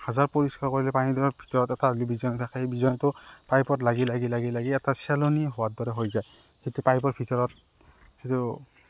হাজাৰ পৰিষ্কাৰ কৰিলেও পানীটোৰ ভিতৰত এটা বিজল থাকে সেই বিজলটো পাইপত লাগি লাগি লাগি লাগি এটা চামনি হোৱাৰ দৰে হৈ যায় সেইটো পাইপৰ ভিতৰত সেইটো